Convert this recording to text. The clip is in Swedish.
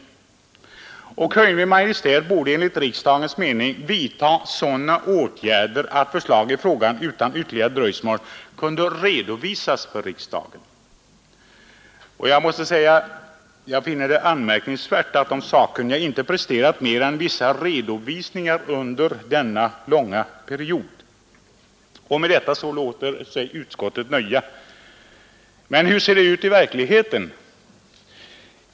Kungl. Maj:t borde enligt riksdagens mening vidta sådana åtgärder att förslag i frågan utan ytterligare dröjsmål kunde redovisas för riksdagen.” Jag finner det anmärkningsvärt att de sakkunniga inte har presterat mer än vissa redovisningar under denna långa tidsperiod. Med detta låter sig utskottet nöja. Men hur ser det ut i verkligheten?